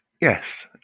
Yes